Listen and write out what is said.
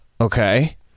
Okay